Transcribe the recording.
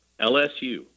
LSU